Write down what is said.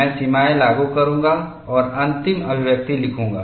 मैं सीमाएं लागू करूंगा और अंतिम अभिव्यक्ति लिखूंगा